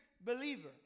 believer